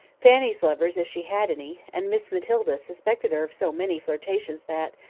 fanny's lovers, if she had any and miss matilda suspected her of so many flirtations that,